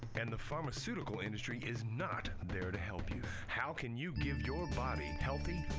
and the pharmaceutical industry is not there to help you. how can you give your body healthy,